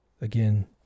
again